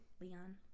leon